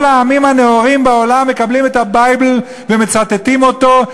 כל העמים הנאורים בעולם מקבלים את ה-Bible ומצטטים אותו,